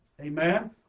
amen